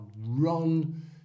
run